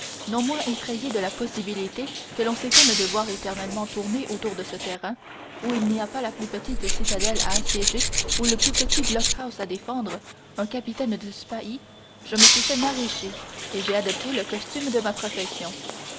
non moins effrayé de la possibilité que l'on s'étonne de voir éternellement tourner autour de ce terrain où il n'y a pas la plus petite citadelle à assiéger ou le plus petit blockhaus à défendre un capitaine de spahis je me suis fait maraîcher et j'ai adopté le costume de ma profession